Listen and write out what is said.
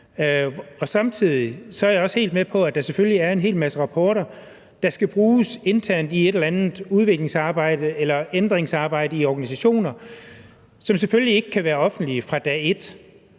er. Samtidig er jeg også helt med på, at der selvfølgelig er en hel masse rapporter, der skal bruges internt i et eller andet udviklingsarbejde eller ændringsarbejde i organisationer, som selvfølgelig ikke kan være offentlige fra dag et.